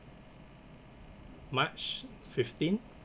march fifteen